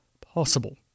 possible